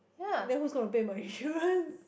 then who's gonna pay my insurance